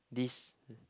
this